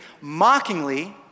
mockingly